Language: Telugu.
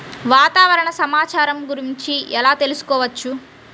వాతావరణ సమాచారం గురించి ఎలా తెలుసుకోవచ్చు?